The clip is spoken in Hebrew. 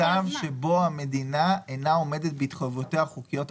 אני לא מכיר מצב שבו המדינה אינה עומדת בהתחייבויותיה החוקיות והכספיות.